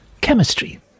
chemistry